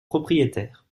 propriétaire